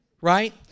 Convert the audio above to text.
Right